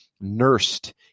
nursed